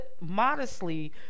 modestly